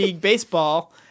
baseball